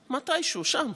מתישהו, שם.